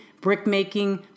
brickmaking